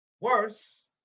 Worse